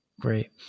Great